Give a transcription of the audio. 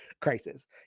crisis